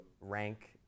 rank